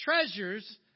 treasures